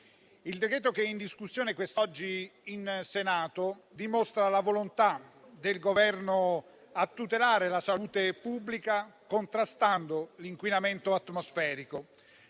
il decreto-legge in discussione quest'oggi in Senato dimostra la volontà del Governo di tutelare la salute pubblica contrastando l'inquinamento atmosferico.